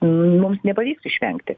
mums nepavyks išvengti